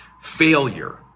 failure